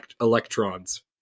electrons